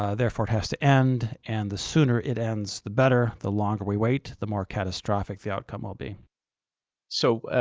ah therefore it has to end, and the sooner it ends the better. the longer we wait, the more catastrophic the outcome will be. steve so,